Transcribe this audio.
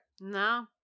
No